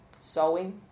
sewing